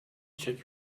check